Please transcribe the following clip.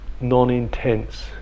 non-intense